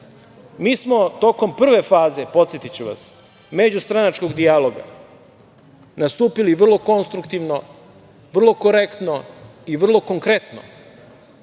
ne stoji. Tokom prve faze, podsetiću vas, međustranačkog dijaloga mi smo nastupili vrlo konstruktivno, vrlo korektno i vrlo konkretno